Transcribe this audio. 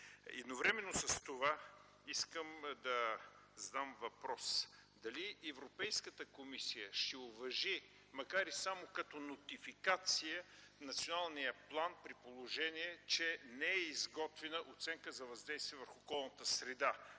Едновременно с това искам да задам въпрос: дали Европейската комисия ще уважи националния план, макар и само като нотификация, при положение че не е изготвена оценка за въздействие върху околната среда